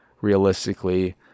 realistically